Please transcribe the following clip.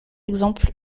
exemple